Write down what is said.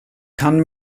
kann